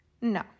No